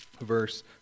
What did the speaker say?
verse